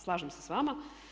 Slažem se s vama.